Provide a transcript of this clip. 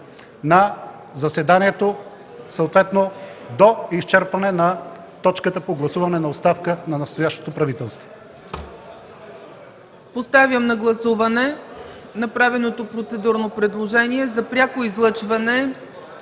на заседанието, съответно до изчерпване на точката по гласуване на оставката на настоящето правителство.